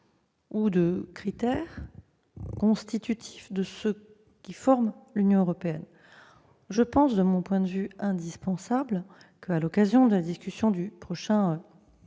ou de critères constitutifs de ce qui forme l'Union européenne. De mon point de vue, il est indispensable que, à l'occasion de la discussion du prochain cadre